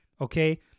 Okay